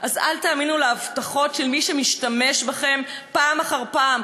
אז אל תאמינו להבטחות של מי שמשתמש בכם פעם אחר פעם.